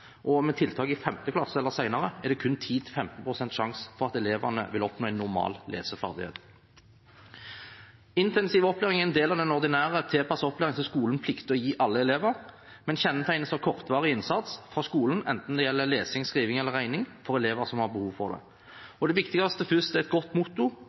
og med tiltak i 5. klasse eller senere, er det kun 10–15 pst. sjanse for at elevene vil oppnå en normal leseferdighet. Intensiv opplæring er en del av den ordinære tilpassede opplæringen som skolen plikter å gi alle elever, men kjennetegnes av kortvarig innsats fra skolen, enten det gjelder lesing, skriving eller regning, for elever som har behov for det. Det viktigste først er et godt